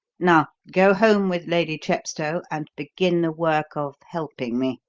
now, go home with lady chepstow, and begin the work of helping me.